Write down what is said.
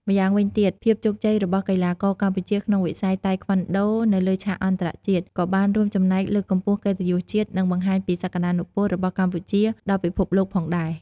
ម្យ៉ាងវិញទៀត ភាពជោគជ័យរបស់កីឡាករកម្ពុជាក្នុងវិស័យតៃក្វាន់ដូនៅលើឆាកអន្តរជាតិ ក៏បានរួមចំណែកលើកកម្ពស់កិត្តិយសជាតិ និងបង្ហាញពីសក្ដានុពលរបស់កម្ពុជាដល់ពិភពលោកផងដែរ។